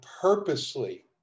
purposely